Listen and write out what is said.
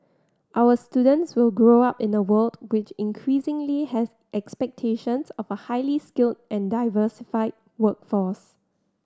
our students will grow up in a world which increasingly has expectations of a highly skilled and diversified workforce